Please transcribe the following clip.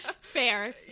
Fair